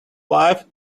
life